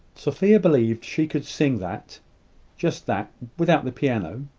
sophia believed she could sing that just that without the piano.